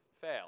fail